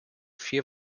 vier